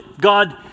God